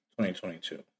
2022